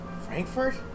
Frankfurt